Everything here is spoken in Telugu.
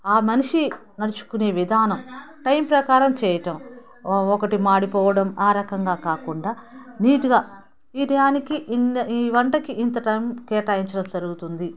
ఆ మనిషి నడుచుకొనే విధానం టైం ప్రకారం చేయటం ఒకటి మాడిపోవడం ఆ రకంగా కాకుండా నీటుగా ఈ టైంకి ఇంత ఈ వంటకి ఇంత టైం కేటాయించడం జరుగుతుంది